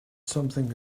something